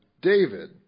David